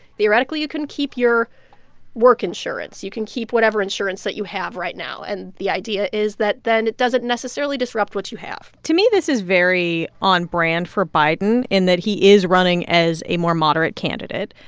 theoretically, you can keep your work insurance. you can keep whatever insurance that you have right now. and the idea is that then it doesn't necessarily disrupt what you have to me, this is very on brand for biden in that he is running as a more moderate candidate.